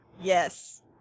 Yes